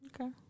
Okay